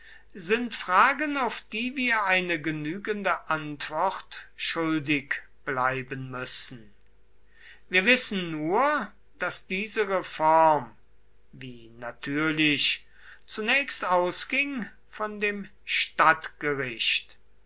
sind fragen auf die wir eine genügende antwort schuldig bleiben müssen wir wissen nur daß diese reform wie natürlich zunächst ausging von dem